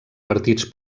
partits